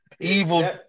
Evil